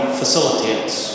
facilitates